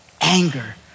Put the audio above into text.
anger